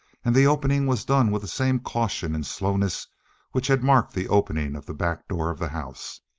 and the opening was done with the same caution and slowness which had marked the opening of the back door of the house.